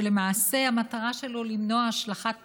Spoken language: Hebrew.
שלמעשה המטרה שלה למנוע השלכת פסולת,